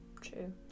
True